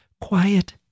quiet